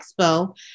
expo